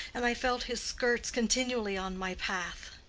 and i felt his skirts continually on my path.